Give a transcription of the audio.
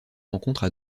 rencontres